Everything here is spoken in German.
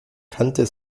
kannte